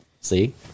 See